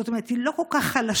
זאת אומרת, היא לא כל כך חלשה,